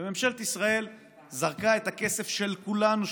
וממשלת ישראל זרקה את הכסף של כולנו,